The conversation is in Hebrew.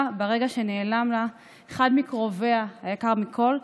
ברגע שנעלם לה אחד מקרוביה היקר מכול,